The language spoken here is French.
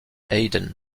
haydn